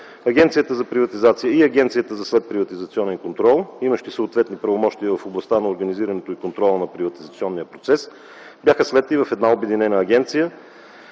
Агенцията за приватизация и Агенцията за следприватизационен контрол, имащи съответни правомощия в областта на организирането и контрола на приватизационния процес, бяха слети в една обединена агенция.